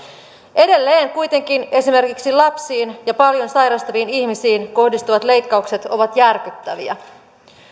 edelleen kuitenkin esimerkiksi lapsiin ja paljon sairastaviin ihmisiin kohdistuvat leikkaukset ovat järkyttäviä